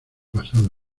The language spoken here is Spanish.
pasado